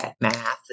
math